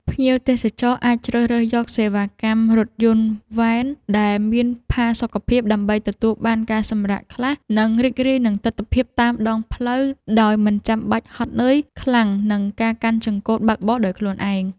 ភ្ញៀវទេសចរអាចជ្រើសរើសយកសេវាកម្មរថយន្តវ៉ែនដែលមានផាសុកភាពដើម្បីទទួលបានការសម្រាកខ្លះ និង រីករាយនឹងទិដ្ឋភាពតាមដងផ្លូវដោយមិនចាំបាច់ហត់នឿយខ្លាំងនឹងការកាន់ចង្កូតបើកបរដោយខ្លួនឯង។